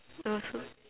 I also